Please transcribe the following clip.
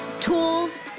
tools